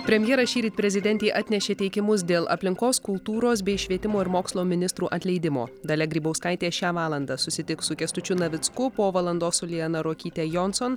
premjeras šįryt prezidentei atnešė teikimus dėl aplinkos kultūros bei švietimo ir mokslo ministrų atleidimo dalia grybauskaitė šią valandą susitiks su kęstučiu navicku po valandos liana ruokyte jonson